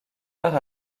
par